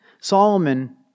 Solomon